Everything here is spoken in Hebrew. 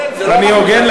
תהיה הוגן.